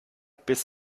biss